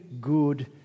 good